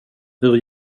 hur